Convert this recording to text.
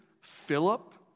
Philip